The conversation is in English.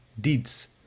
deeds